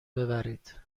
ببرید